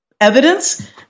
evidence